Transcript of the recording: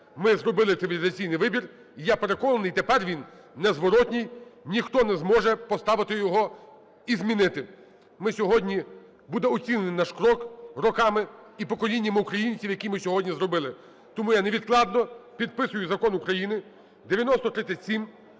Ми зробили цивілізаційний вибір, і я переконаний, тепер він незворотній, ніхто не зможе поставити його і змінити. Ми сьогодні, буде оцінений наш крок роками і поколіннями українців, який ми сьогодні зробили. Тому я невідкладно підписую Закон України, 9037,